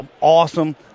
awesome